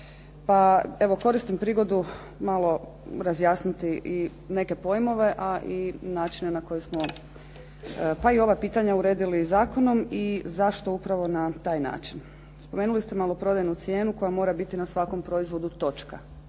koristim prigodu malo razjasniti i neke pojmove a i načine na koje smo pa i ova pitanja uredili zakonom i zašto upravo na taj način. Spomenuli ste maloprodajnu cijenu koja mora biti na svakom proizvodu točka.